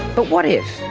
but what if.